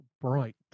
bright